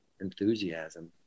enthusiasm